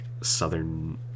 southern